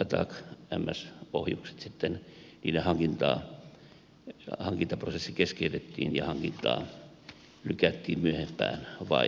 atacms ohjusten hankintaprosessi keskeytettiin ja hankintaa lykättiin myöhempään vaiheeseen